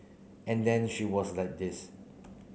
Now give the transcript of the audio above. and then she was like this